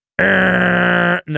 No